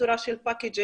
בצורה של packages,